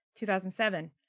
2007